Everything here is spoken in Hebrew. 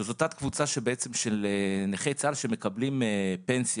שזו תת קבוצה של נכי צה"ל שמקבלים פנסיה,